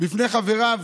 לפני חבריו,